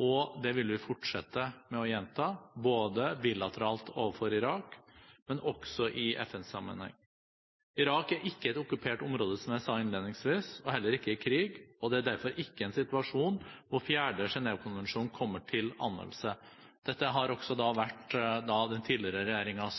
og det vil vi fortsette å gjenta, både bilateralt overfor Irak og også i FN-sammenheng. Irak er ikke et okkupert område, som jeg sa innledningsvis, og heller ikke i krig. Det er derfor ikke en situasjon hvor den fjerde Genèvekonvensjon kommer til anvendelse. Dette har også vært den tidligere regjeringens